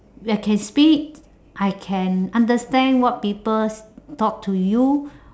that can speak I can understand what people talk to you